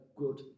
good